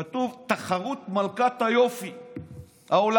כתוב: תחרות מלכת היופי העולמית.